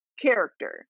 character